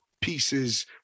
pieces